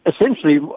essentially